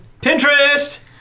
Pinterest